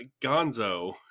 Gonzo